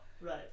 Right